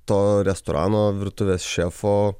to restorano virtuvės šefo